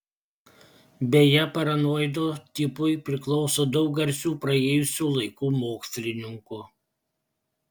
beje paranoido tipui priklauso daug garsių praėjusių laikų mokslininkų